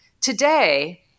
today